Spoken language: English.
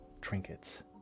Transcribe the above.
trinkets